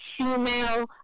female